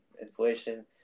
Inflation